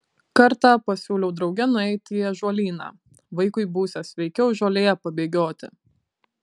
kartą pasiūliau drauge nueiti į ąžuolyną vaikui būsią sveikiau žolėje pabėgioti